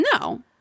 No